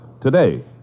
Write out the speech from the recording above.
today